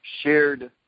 shared